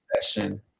session